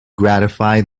gratify